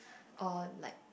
or like